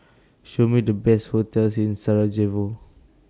Show Me The Best hotels in Sarajevo